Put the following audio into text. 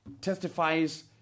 testifies